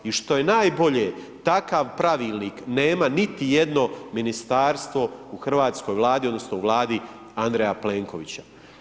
I što je najbolje, takav pravilnik nema niti jedno ministarstvo u hrvatskoj Vladi, odnosno u vladi Andreja Plenkovića.